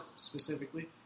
specifically